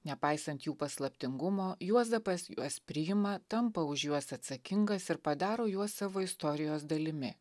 nepaisant jų paslaptingumo juozapas juos priima tampa už juos atsakingas ir padaro juos savo istorijos dalimi